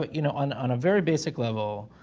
but you know, on on a very basic level,